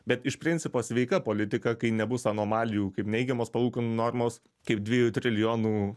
bet iš principo sveika politika kai nebus anomalijų kaip neigiamos palūkanų normos kaip dviejų trilijonų